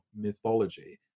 mythology